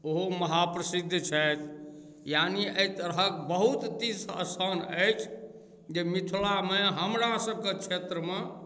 बहुत महा प्रसिद्ध छथि यानि एहि तरहक बहुत तीर्थ स्थान अछि जे मिथिलामे हमरासभके क्षेत्रमे